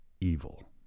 evil